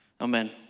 amen